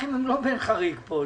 הגמ"חים הם לא חריג פה.